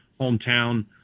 hometown